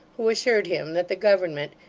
who assured him that the government,